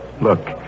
Look